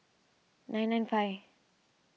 nine nine five